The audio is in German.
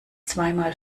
zweimal